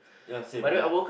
ya same but then